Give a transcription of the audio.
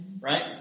right